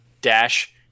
dash